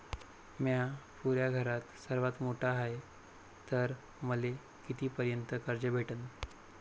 म्या पुऱ्या घरात सर्वांत मोठा हाय तर मले किती पर्यंत कर्ज भेटन?